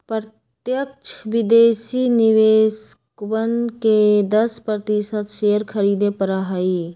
प्रत्यक्ष विदेशी निवेशकवन के दस प्रतिशत शेयर खरीदे पड़ा हई